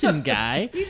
guy